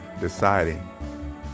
deciding